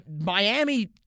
Miami